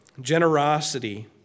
generosity